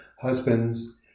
husbands